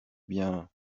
bien